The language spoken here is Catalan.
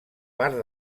part